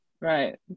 right